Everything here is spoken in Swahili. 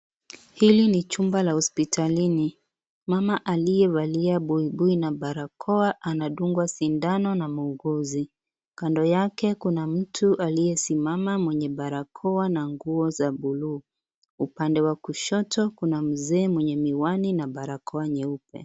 Hili ni chumba la hospitalini. Mama aliyevalia buibui na barakoa anadungwa sindano na muuguzi. Kando yake kuna mtu aliyesimama mwenye barakoa na nguo za buluu. Upande wakushoto kuna mzee mwenye miwani na barakoa nyeupe.